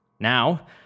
Now